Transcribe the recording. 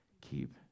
Keep